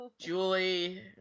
Julie